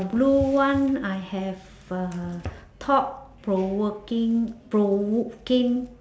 the blue one I have uh thought provoking provoking